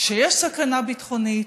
כשיש סכנה ביטחונית,